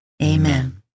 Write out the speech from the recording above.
Amen